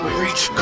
reach